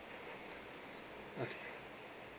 okay